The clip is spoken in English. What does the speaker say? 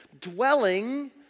dwelling